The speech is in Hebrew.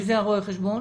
מי זה רואה החשבון?